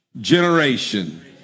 generation